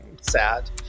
sad